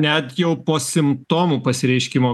net jau po simptomų pasireiškimo